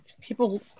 people